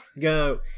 go